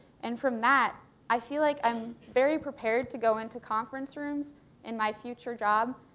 and from that i feel like i'm very prepared to go into conference rooms in my future jobs.